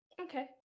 okay